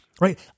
right